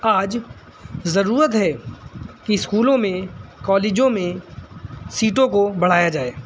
آج ضرورت ہے کہ اسکولوں میں کالجوں میں سیٹوں کو بڑھایا جائے